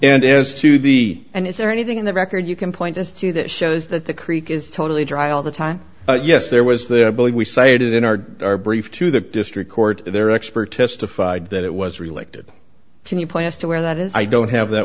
and it has to be and is there anything in the record you can point us to that shows that the creek is totally dry all the time yes there was there i believe we cited in our brief to the district court their expert testified that it was related can you point us to where that is i don't have that